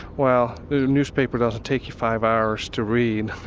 well, the newspaper doesn't take you five hours to read!